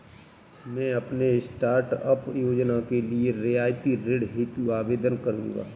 मैं अपने स्टार्टअप योजना के लिए रियायती ऋण हेतु आवेदन करूंगा